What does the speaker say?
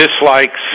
dislikes